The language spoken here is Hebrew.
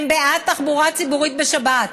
הם בעד תחבורה ציבורית בשבת,